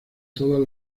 todas